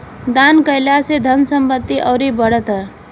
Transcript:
दान कईला से धन संपत्ति अउरी बढ़त ह